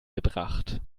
gebracht